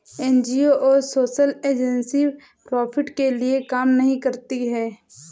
NGO और social agency profit के लिए काम नहीं करती है